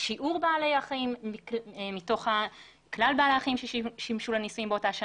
שיעור בעלי החיים מתוך כלל בעלי החיים ששימשו לניסויים באותה שנה,